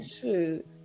shoot